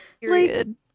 period